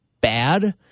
bad